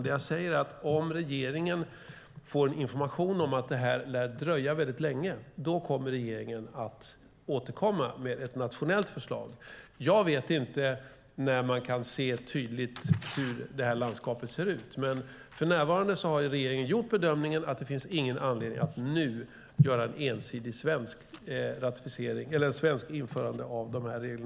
Det jag säger är att regeringen, om den får information om att det lär dröja väldigt länge, kommer att återkomma med ett nationellt förslag. Jag vet inte när man kan se tydligt hur detta landskap ser ut, men för närvarande har regeringen gjort bedömningen att det inte finns någon anledning att nu genomföra ett ensidigt svenskt införande av dessa regler.